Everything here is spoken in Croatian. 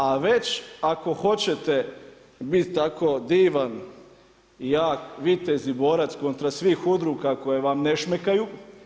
A već ako hoćete biti tako divan i jak, vitez i borac kontra svih udruga koje vam ne šmekaju.